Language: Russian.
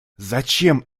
зачем